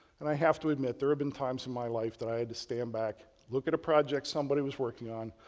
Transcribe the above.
and i have to admit, there have been times in my life that i had to stand back, look at a project somebody was working on.